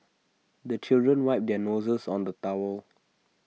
the children wipe their noses on the towel